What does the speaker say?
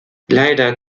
leider